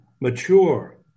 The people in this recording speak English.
mature